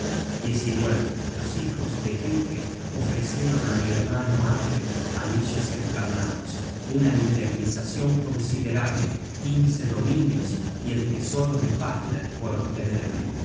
valkiria los hijos de giuke ofrecieron á mi hermano atle anillos encarnados una indemnizacion considerable quince dominios y el tesoro de fafner por obtenerme pero